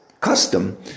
custom